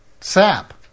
Sap